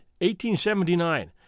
1879